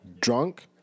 drunk